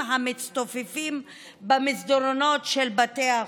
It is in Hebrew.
המצטופפים במסדרונות של בתי החולים,